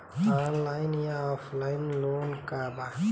Online या offline loan का बा?